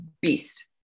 beast